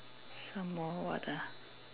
some more what ah